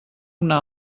una